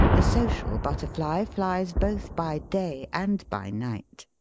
the social butterfly flies both by day and by night.